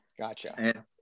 Gotcha